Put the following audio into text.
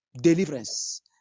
deliverance